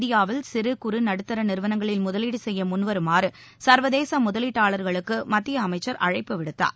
இந்தியாவில் சிறு சிகுறு நடுத்தர நிறுவனங்களில் முதவீடு செய்ய வருமாறு சர்வதேச முதலீட்டாளர்களுக்கு மத்திய அமைச்சர் அழைப்பு விடுத்தார்